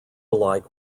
alike